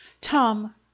Tom